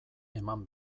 eman